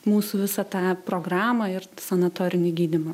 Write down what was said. mūsų visą tą programą ir sanatorinį gydymą